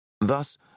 Thus